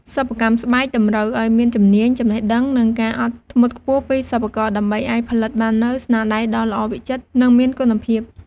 សិប្បកម្មស្បែកតម្រូវឲ្យមានជំនាញ ចំណេះដឹង និងការអត់ធ្មត់ខ្ពស់ពីសិប្បករ ដើម្បីអាចផលិតបាននូវស្នាដៃដ៏ល្អវិចិត្រ និងមានគុណភាព។